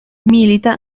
milita